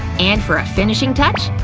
and for a finishing touch?